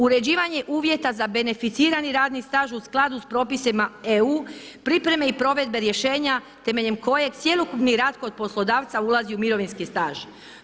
Uređivanje uvjeta za beneficirani radni staž u skladu s propisima EU, pripremi i provedbe rješenja temeljem kojeg cjelokupni rad kod poslodavca ulazi u mirovinski staž.